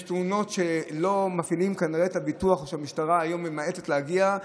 יש תאונות שלא מפעילים כנראה את הביטוח או שהמשטרה היום ממעטת להגיע,